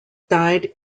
died